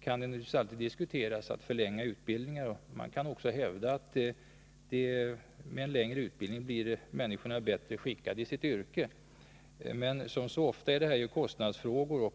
kan naturligtvis alltid diskutera att förlänga en utbildning, och man kan också hävda att människorna med en längre utbildning blir bättre skickade i sitt yrke. Men som så ofta är det en kostnadsfråga.